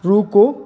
रुको